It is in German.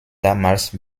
damals